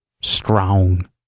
Strong